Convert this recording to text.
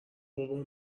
بابام